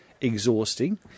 Exhausting